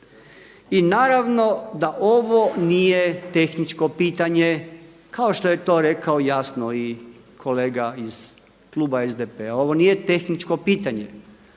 I naravno da ovo nije tehničko pitanje kao što je to rekao jasno i kolega iz kluba SDP-a. Ovo nije tehničko pitanje.